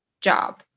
job